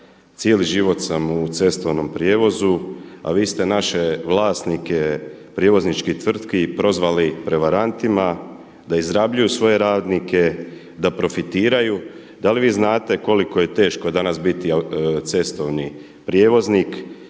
Cijeli život sam u cestovnom prijevozu, a vi ste naše vlasnike prijevozničkih tvrtki prozvali prevarantima, da izrabljuju svoje radnike, da profitiraju. Da li vi znate koliko je teško danas biti cestovni prijevoznik?